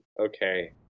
Okay